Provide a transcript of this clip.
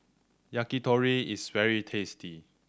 yakitori is very tasty